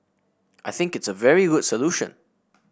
I think it's a very good solution